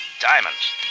Diamonds